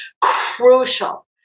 Crucial